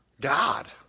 god